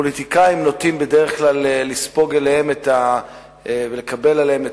הפוליטיקאים נוטים לספוג ולקבל עליהם את